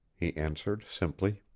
he answered, simply.